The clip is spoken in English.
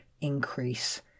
increase